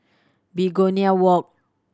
Begonia Walk